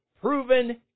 proven